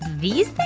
these